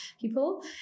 people